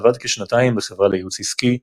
עבד כשנתיים בחברה לייעוץ עסקי,